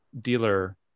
dealer